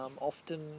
often